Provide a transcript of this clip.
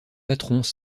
patrons